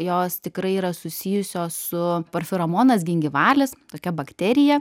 jos tikrai yra susijusios su parferomonas gingivalis tokia bakterija